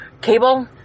cable